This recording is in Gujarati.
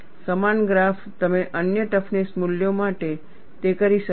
સમાન ગ્રાફ તમે અન્ય ટફનેસ મૂલ્યો માટે તે કરી શકો છો